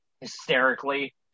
hysterically